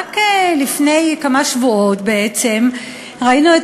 רק לפני כמה שבועות בעצם ראינו את